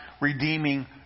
redeeming